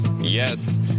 yes